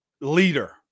leader